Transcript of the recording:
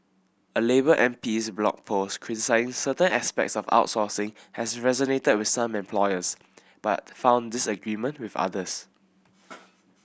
a labour M P's blog post certain aspects of outsourcing has resonated with some employers but found disagreement with others